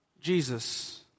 Jesus